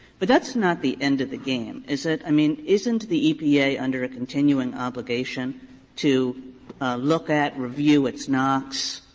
but that's not the end of the game, is it? i mean, isn't the epa under a continuing obligation to look at, review its naaqs,